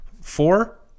Four